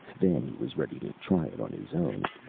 then he was ready to try it on his own,